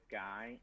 guy